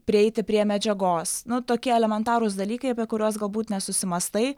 prieiti prie medžiagos nu tokie elementarūs dalykai apie kuriuos galbūt nesusimąstai